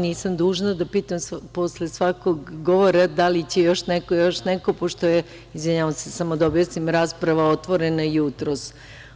Nisam dužna da pitam posle svakog govora da li će još neko, još neko, pošto je, izvinjavam se, samo da objasnim, rasprava otvorena jutros